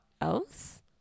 else